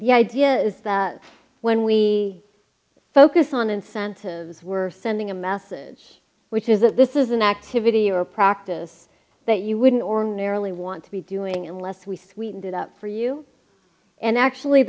the idea is that when we focus on incentives we're sending a message which is that this is an activity or practice that you wouldn't ordinarily want to be doing unless we sweetened it up for you and actually